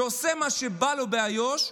שעושה מה שבא לו באיו"ש,